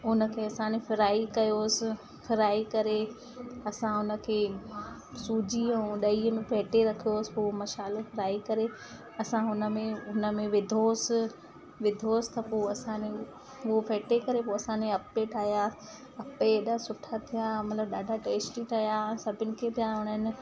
उनखे असां न फ़्राई कयोसि फ़्राई करे असां उनखे सूजी ऐं ॾही में फेंटे रखियोसि पोइ मशालो फ़्राई करे असां हुनमें हुनमें विधोसि विधोसि त पोइ असां ने उहो फेंटे करे पोइ असां ने अप्पे ठाहिया अप्पे ऐॾा सुठा थिया मतलब ॾाढा टेस्टी ठहिया हा सभिनि खे पिया वणण